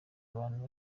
abantu